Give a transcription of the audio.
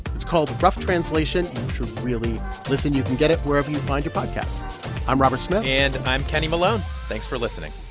it's called rough translation. you should really listen. you can get it wherever you find your podcasts i'm robert smith and i'm kenny malone. thanks for listening